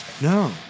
No